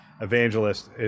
evangelist